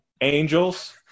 angels